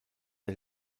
der